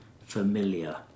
familiar